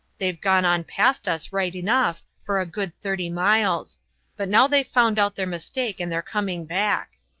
they've gone on past us right enough for a good thirty miles but now they've found out their mistake, and they're coming back.